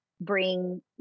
bring